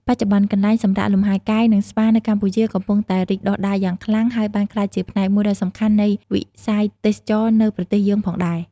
បច្ចុប្បន្ន កន្លែងសម្រាកលំហែកាយ និងស្ប៉ានៅកម្ពុជាកំពុងតែរីកដុះដាលយ៉ាងខ្លាំង ហើយបានក្លាយជាផ្នែកមួយដ៏សំខាន់នៃវិស័យទេសចរណ៍នៅប្រទេសយើងផងដែរ។